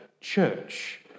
church